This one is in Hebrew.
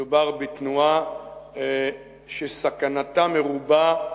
מדובר בתנועה שסכנתה מרובה,